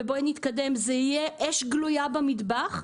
וזה יהיה אש גלויה במטבח,